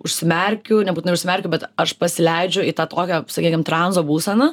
užsimerkiu nebūtinai užsimerkiu bet aš pasileidžiu į tą tokią sakykim tranzo būseną